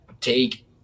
take